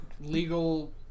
Legal